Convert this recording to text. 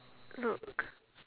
look